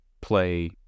play